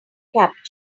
capture